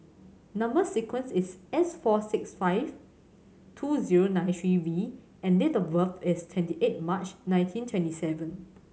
number sequence is S four six five two zero nine three V and date of birth is twenty eight March nineteen twenty seven